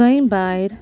खंय भायर